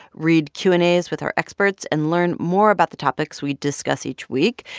read q and a's with our experts and learn more about the topics we discuss each week.